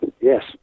yes